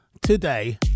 today